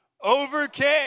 overcame